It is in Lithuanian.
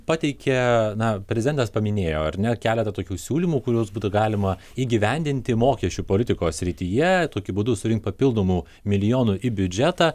pateikia na prezidentas paminėjo ar ne keletą tokių siūlymų kuriuos būtų galima įgyvendinti mokesčių politikos srityje tokiu būdu surinkti papildomų milijonų į biudžetą